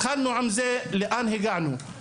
עם מה התחלנו ולאן הגענו.